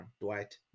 Dwight